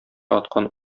аткан